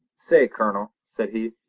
say, colonel said he,